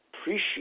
appreciate